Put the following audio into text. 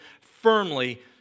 firmly